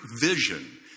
vision